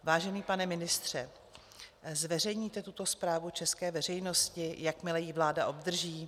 Vážený pane ministře, zveřejníte tuto zprávu české veřejnosti, jakmile ji vláda obdrží?